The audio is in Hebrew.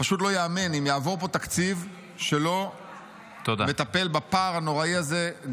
פשוט לא ייאמן אם יעבור פה תקציב שלא מטפל בפער הנוראי הזה,